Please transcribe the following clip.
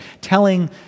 telling